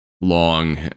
long